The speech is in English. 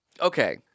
Okay